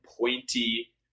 pointy